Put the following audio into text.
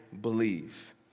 believe